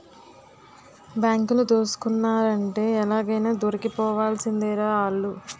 బాంకులు దోసుకున్నారంటే ఎలాగైనా దొరికిపోవాల్సిందేరా ఆల్లు